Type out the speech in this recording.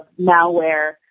malware